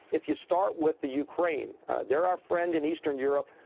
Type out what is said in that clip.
if you start with the ukraine they're our friend in eastern europe.